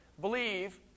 believe